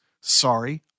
sorry